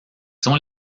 sont